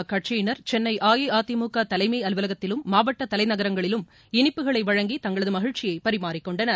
அக்கட்சியினர் சென்னை அஇஅதிமுக தலைம் அலுவலகத்திலும் மாவட்ட தலைநகரங்களிலும் இனிப்புகளை வழங்கி தங்களது மகிழ்ச்சியை பரிமாறிக்கொண்டனர்